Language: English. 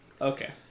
Okay